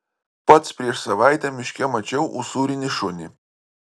pats prieš savaitę miške mačiau usūrinį šunį